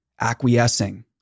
acquiescing